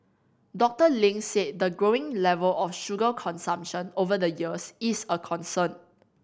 Doctor Ling said the growing level of sugar consumption over the years is a concern